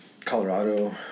colorado